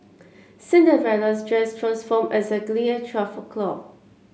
Cinderell's dress transformed exactly at twelve o'clock